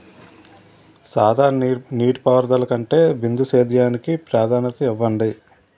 సాధారణ నీటిపారుదల కంటే బిందు సేద్యానికి ప్రాధాన్యత ఇవ్వండి